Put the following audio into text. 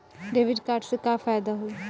Debit card से का फायदा होई?